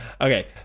Okay